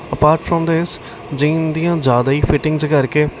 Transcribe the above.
apart from this jean ਦੀਆਂ ਜ਼ਿਆਦਾ ਹੀ ਫਿਟਿੰਗ ਕਰਕੇ